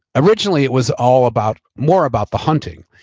originally it was all about, more about the hunting,